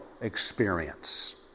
experience